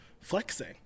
flexing